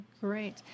great